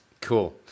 Cool